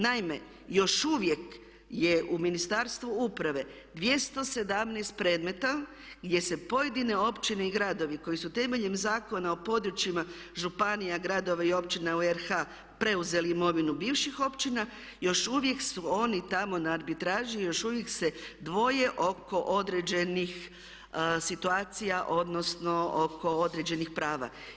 Naime, još uvijek je u Ministarstvu uprave 217 predmeta gdje se pojedine općine i gradovi koji su temeljem Zakona o područjima županija gradova i općina u RH preuzeli imovinu bivših općina još uvijek su oni tamo na arbitraži, još uvijek se dvoje oko određenih situacija odnosno oko određenih prava.